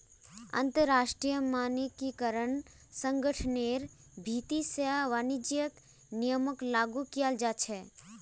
अंतरराष्ट्रीय मानकीकरण संगठनेर भीति से वाणिज्यिक नियमक लागू कियाल जा छे